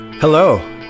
Hello